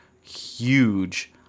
huge